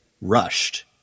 rushed